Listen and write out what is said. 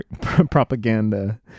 propaganda